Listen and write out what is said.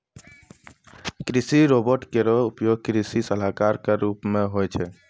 कृषि रोबोट केरो उपयोग कृषि सलाहकार क रूप मे होय छै